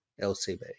lcb